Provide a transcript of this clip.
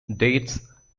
dates